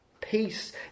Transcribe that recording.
Peace